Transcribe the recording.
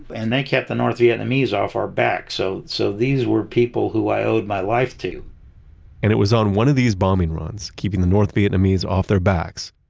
and that kept the north vietnamese off our backs, so so these were people who i owed my life to and it was on one of these bombing runs, keeping the north vietnamese off their backs,